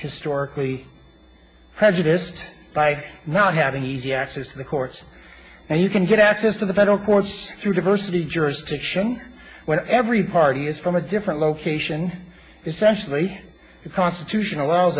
historically prejudiced by not having easy access to the courts and you can get access to the federal courts through diversity jurisdiction where every party is from a different location essentially the constitution allows